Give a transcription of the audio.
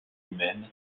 humaine